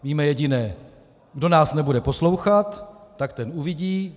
Víme jediné: Kdo nás nebude poslouchat, tak ten uvidí!